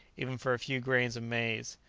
even for a few grains of maize.